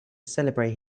celebrate